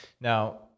Now